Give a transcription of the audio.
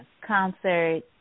concert